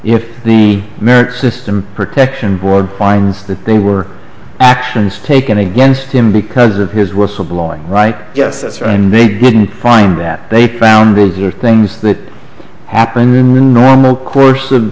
if the merit system protection board finds that they were actions taken against him because of his whistle blowing right yes that's right and they didn't find that they found those are things that happen in real normal course